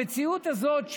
המציאות הזאת,